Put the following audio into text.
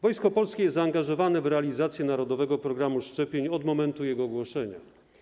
Wojsko Polskie jest zaangażowane w realizację narodowego programu szczepień od momentu jego ogłoszenia.